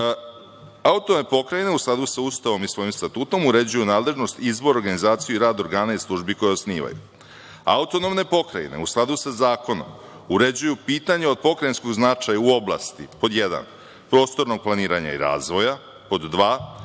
Autonomne pokrajine u skladu sa Ustavom i svojim statutom uređuju nadležnost, izbor, organizaciju i rad organa i službi koje osnivaju. Autonomne pokrajine u skladu sa zakonom uređuju pitanja od pokrajinskog značaja u oblasti, pod jedan, prostornog planiranja i razvoja, pod dva,